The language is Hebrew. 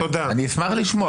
אני אשמח לשמוע.